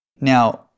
Now